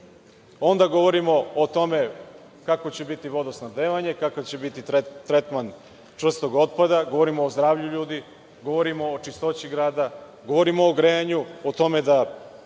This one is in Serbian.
onda govorimo o tome kako će biti vodosnabdevanje, kakav će biti tretman čvrstog otpada, govorimo o zdravlju ljudi, govorimo o čistoći grada, govorimo o grejanju, o tome da